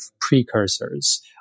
precursors